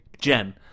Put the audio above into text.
Jen